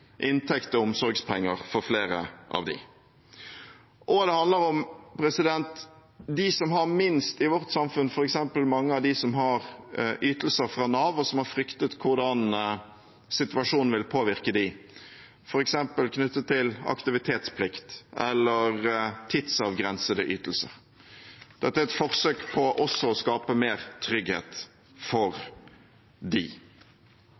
inntekt og omsorgspenger for flere av dem. Og det handler om dem som har minst i vårt samfunn, f.eks. mange av dem som har ytelser fra Nav, og som har fryktet for hvordan situasjonen vil påvirke dem, f.eks. knyttet til aktivitetsplikt eller tidsavgrensede ytelser. Dette er et forsøk på å skape mer trygghet også for